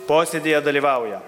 posėdyje dalyvauja